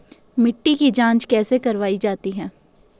मिट्टी की जाँच कैसे करवायी जाती है?